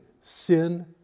sin